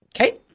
Okay